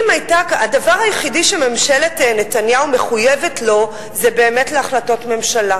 הדבר היחידי שממשלת נתניהו מחויבת לו זה באמת להחלטות ממשלה,